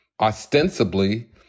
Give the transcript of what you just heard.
Ostensibly